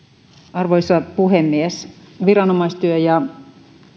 arvoisa puhemies viranomaistyö ja